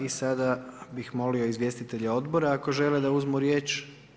I sada bih molio izvjestitelje odbora ako žele da uzmu riječ?